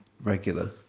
regular